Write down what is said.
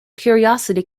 curiosity